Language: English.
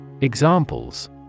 Examples